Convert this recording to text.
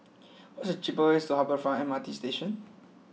what is the cheapest way to Harbour Front MRT Station